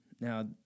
Now